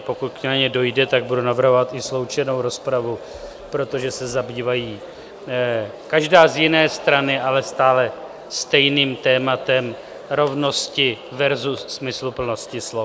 Pokud na ně dojde, tak budu navrhovat i sloučenou rozpravu, protože se zabývají každá z jiné strany, ale stále stejným tématem rovnosti versus smysluplnosti slov.